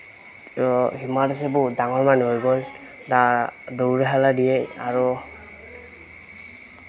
হিমা দাসে বহুত ডাঙৰ মানুহ হৈ গ'ল দা দৌৰা খেলাদিয়েই আৰু